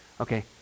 Okay